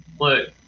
Look